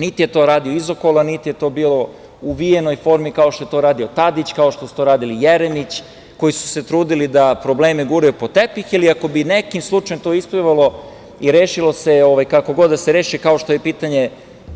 Niti je to radio izokola, niti je to bilo u uvijenoj formi kao što je to radio Tadić, kao što su to radili Jeremić, koji su se trudili da probleme guraju pod tepih ili ako bi nekim slučajem to isplivalo i rešilo se, kako god da se reši, kao što je pitanje